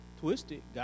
twisted